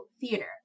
theater